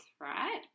right